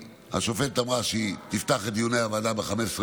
השופטת אמרה שהיא תפתח את דיוני הוועדה ב-15 בדצמבר,